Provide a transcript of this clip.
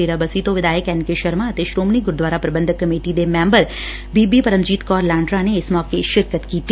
ਡੇਰਾ ਬਸੀ ਤੋਂ ਵਿਧਾਇਕ N K Sharma ਅਤੇ ਸ਼ੋਮਣੀ ਗੁਰਦੁਆਰਾ ਪੁਬੰਧਕ ਕਮੇਟੀ ਮੈਂਬਰ ਬੀਬੀ ਪਰਮਜੀਤ ਕੌਰ ਲਾਂਡਰਾਂ ਨੇ ਇਸ ਮੌਕੇ ਸ਼ਿਰਕਤ ਕੀਤੀ